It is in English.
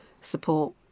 support